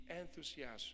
enthusiasm